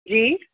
जी